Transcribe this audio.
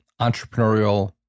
entrepreneurial